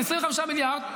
25 מיליארד,